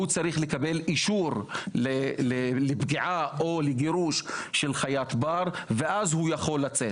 הוא צריך לקבל אישור לפגיעה או לגירוש של חיית בר ואז הוא יכול לצאת.